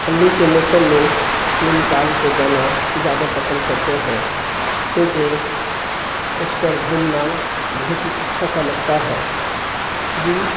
ٹھنڈی کے موسم میں نینی تال کو جانا زیادہ پسند کرتے ہیں کیونکہ اس پر گھومنا بہت ہی اچھا سا لگتا ہے جی